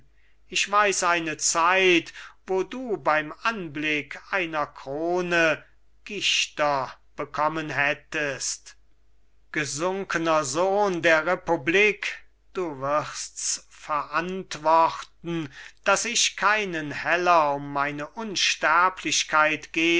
ich weiß eine zeit wo du beim anblick einer krone gichter bekommen hättest gesunkener sohn der republik du wirsts verantworten daß ich keinen heller um meine unsterblichkeit